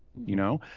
you know?